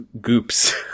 goops